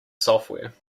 software